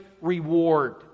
reward